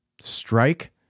strike